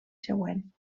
següent